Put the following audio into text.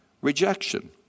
Rejection